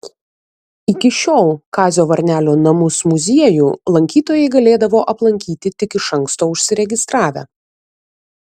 iki šiol kazio varnelio namus muziejų lankytojai galėdavo aplankyti tik iš anksto užsiregistravę